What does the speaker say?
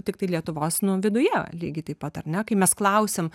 tiktai lietuvos nu viduje lygiai taip pat ar ne kai mes klausiam